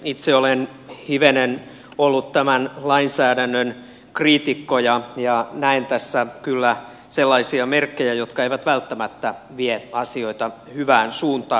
itse olen hivenen ollut tämän lainsäädännön kriitikko ja näen tässä kyllä sellaisia merkkejä jotka eivät välttämättä vie asioita hyvään suuntaan